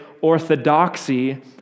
orthodoxy